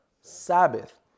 Sabbath